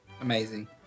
Amazing